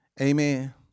Amen